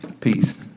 peace